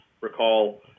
recall